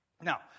Now